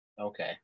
Okay